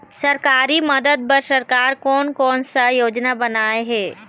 सरकारी मदद बर सरकार कोन कौन सा योजना बनाए हे?